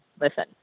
listen